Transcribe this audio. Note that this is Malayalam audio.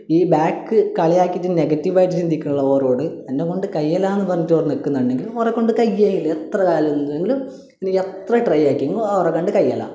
ഈ ബാക്ക് കളിയാക്കിയിട്ട് നെഗറ്റീവായിട്ട് ചിന്തിക്കുന്നുള്ള ഓറോട് എന്നെക്കൊണ്ട് കഴിയില്ലായെന്നു പറഞ്ഞിട്ട് ഓറ് നിൽക്കുന്നുണ്ടെങ്കിൽ ഓറെക്കൊണ്ട് കഴിയുകയേ ഇല്ല എത്രകാലം എങ്കിലും എനിയെത്ര ട്രൈ ആക്കിയെങ്കിലും ആ ഓറെക്കൊണ്ട് കഴിയില്ല